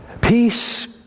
Peace